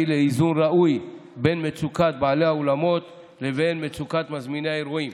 לאיזון ראוי בין מצוקת בעלי האולמות לבין מצוקת מזמיני האירועים,